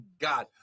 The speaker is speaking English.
god